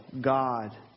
God